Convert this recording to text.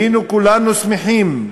היינו כולנו שמחים,